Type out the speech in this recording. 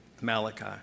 Malachi